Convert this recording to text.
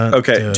okay